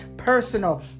personal